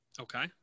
Okay